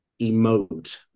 emote